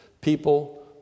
People